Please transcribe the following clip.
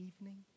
evening